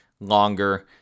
longer